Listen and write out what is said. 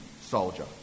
soldier